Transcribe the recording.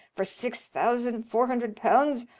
for six thousand four hundred pounds.